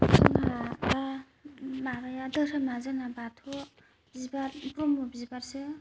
जोंहा दा माबाया धोरोमा जोंना बाथौ बिबार ब्रह्म बिबारसो